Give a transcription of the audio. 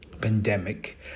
pandemic